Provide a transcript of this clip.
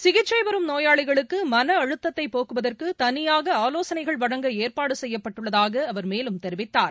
சிகிச்சைபெறும் நோயாளிகளுக்குமனஅழுத்ததைபோக்குவதற்குதளியாகஆலோசனைகள் வழங்க ஏற்பாடுசெய்யப்பட்டுள்ளதாகஅவர் மேலும் தெரிவித்துள்ளார்